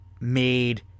made